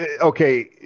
okay